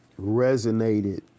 resonated